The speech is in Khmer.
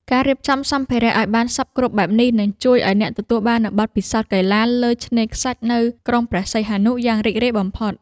ការរៀបចំសម្ភារៈឱ្យបានសព្វគ្រប់បែបនេះ នឹងជួយឱ្យអ្នកទទួលបាននូវបទពិសោធន៍កីឡាលើឆ្នេរខ្សាច់នៅក្រុងព្រះសីហនុយ៉ាងរីករាយបំផុត។